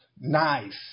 nice